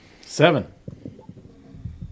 Seven